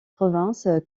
province